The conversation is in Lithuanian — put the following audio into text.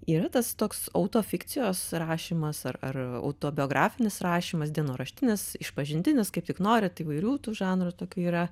yra tas toks auto fikcijos rašymas ar autobiografinis rašymas dienoraštinis išpažintinis kaip tik norit įvairių tų žanrų tokių yra